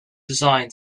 design